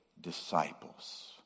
disciples